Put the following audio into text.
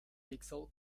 pixel